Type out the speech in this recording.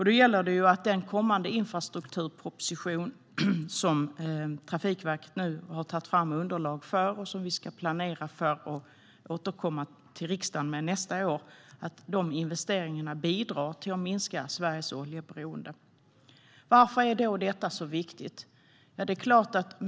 Då gäller det att investeringarna i den kommande infrastrukturpropositionen, som Trafikverket nu har tagit fram underlag för och som vi ska planera för och återkomma till riksdagen med nästa år, bidrar till att minska Sveriges oljeberoende. Varför är då detta så viktigt?